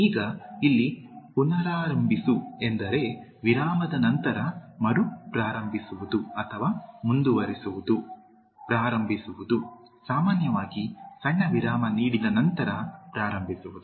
ಈಗ ಇಲ್ಲಿ ಪುನರಾರಂಭಿಸು ಎಂದರೆ ವಿರಾಮದ ನಂತರ ಮರುಪ್ರಾರಂಭಿಸುವುದು ಅಥವಾ ಮುಂದುವರಿಸುವುದು ಪ್ರಾರಂಭಿಸುವುದು ಸಾಮಾನ್ಯವಾಗಿ ಸಣ್ಣ ವಿರಾಮ ನೀಡಿದ ನಂತರ ಪ್ರಾರಂಭಿಸುವುದು